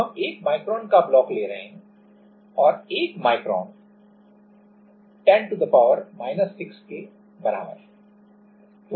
अब हम 1 μm का ब्लॉक ले रहे हैं और 1 μm 10 m के बराबर है